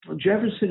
Jefferson